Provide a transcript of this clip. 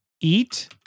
eat